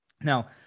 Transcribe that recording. Now